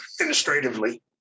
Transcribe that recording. administratively